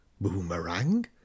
Boomerang